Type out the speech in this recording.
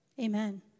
Amen